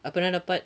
apa dia orang dapat